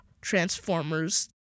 Transformers